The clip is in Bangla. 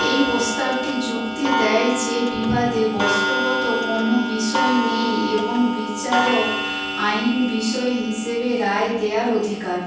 এই প্রস্তাবটি যুক্তি দেয় যে বিবাদে বস্তুগত কোনো বিষয় নেই এবং বিচারক আইন বিষয় হিসেবে রায় দেওয়ার অধিকারী